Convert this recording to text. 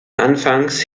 anfangs